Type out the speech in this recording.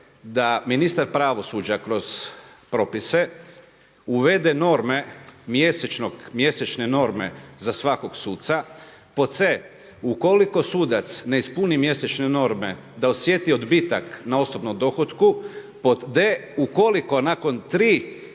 da ministar pravosuđa kroz propise uvede norme mjesečne norme za svakog suca, c) ukoliko sudac ne ispuni mjesečne norme da osjeti odbitak na osobnom dohotku, d) ukoliko nakon tri